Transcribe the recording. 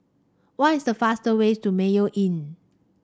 what is the fastest way to Mayo Inn